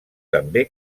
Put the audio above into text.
també